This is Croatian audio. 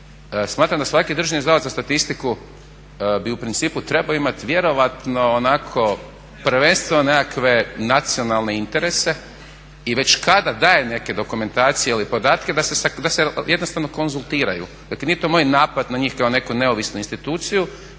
smatram da svaki Državni zavod za statistiku bi u principu trebao imati vjerojatno onako prvenstveno nekakve nacionalne interese i već kada daje neke dokumentacije ili podatke da se jednostavno konzultiraju. Dakle, nije to moj napad na njih kao neku neovisnu instituciju,